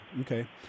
Okay